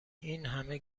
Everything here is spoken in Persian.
اینهمه